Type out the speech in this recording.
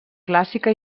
clàssica